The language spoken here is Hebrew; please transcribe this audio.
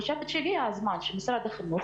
אני חושבת שהגיע הזמן שמשרד החינוך